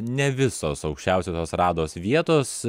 ne visos aukščiausiosios rados vietos